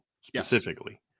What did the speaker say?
specifically